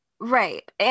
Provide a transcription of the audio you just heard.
right